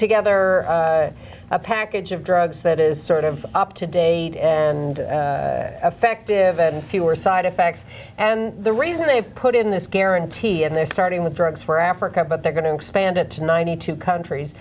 together a package of drugs that is sort of up to date and effective and fewer side effects and the reason they put in this guarantee and they're starting with drugs for africa but they're going to expand it to ninety two countries